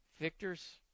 Victor's